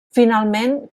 finalment